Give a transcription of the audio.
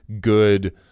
good